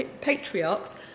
patriarchs